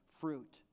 fruit